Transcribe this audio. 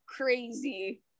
crazy